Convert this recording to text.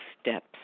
steps